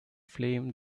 flame